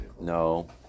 No